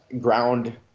ground